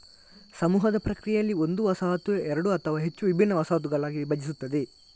ಸಮೂಹದ ಪ್ರಕ್ರಿಯೆಯಲ್ಲಿ, ಒಂದು ವಸಾಹತು ಎರಡು ಅಥವಾ ಹೆಚ್ಚು ವಿಭಿನ್ನ ವಸಾಹತುಗಳಾಗಿ ವಿಭಜಿಸುತ್ತದೆ